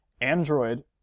Android